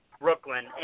Brooklyn